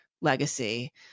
legacy